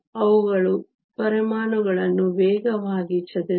ಆದ್ದರಿಂದ ಅವರು ಪರಮಾಣುಗಳನ್ನು ವೇಗವಾಗಿ ಚದುರಿಸಬಹುದು